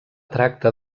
tracta